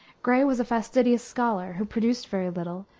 gray was a fastidious scholar, who produced very little,